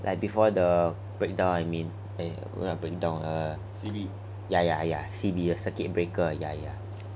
like before the breakdown I mean eh what ah breakdown err ya ya ya C_B circuit breaker oh